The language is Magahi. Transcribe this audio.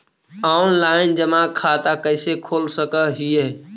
ऑनलाइन जमा खाता कैसे खोल सक हिय?